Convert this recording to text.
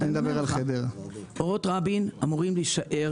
התחנות באורות רבין אמורות להישאר